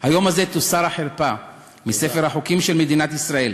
היום הזה תוסר החרפה מספר החוקים של מדינת ישראל,